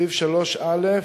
סעיף 3א(א)